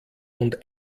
und